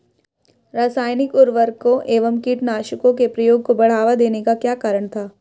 रासायनिक उर्वरकों व कीटनाशकों के प्रयोग को बढ़ावा देने का क्या कारण था?